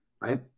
right